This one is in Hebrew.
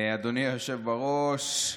אדוני היושב-ראש,